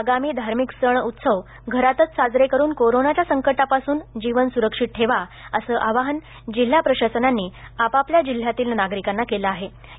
आगामी धार्मिक सण उत्सव घरातच साजरे करून कोरोनाच्या संकटापासून जीवन सुरक्षित ठेवा असे आवाहन जिल्हा प्रशासनांनी आपापल्या जिल्ह्यातील नागरिकांना केले होते